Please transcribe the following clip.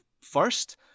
first